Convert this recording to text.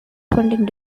funding